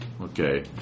okay